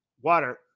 water